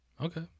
okay